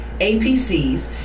APCs